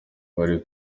bari